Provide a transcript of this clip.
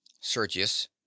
Sergius